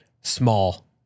small